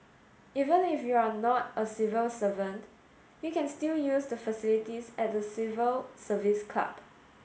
even if you are not a civil servant you can still use the facilities at the Civil Service Club